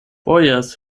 bojas